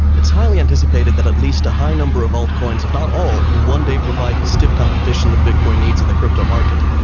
it's highly anticipated that at least a high number of old coins, if not all, will one day provide the stiff competition the bitcoin needs in the crypto market.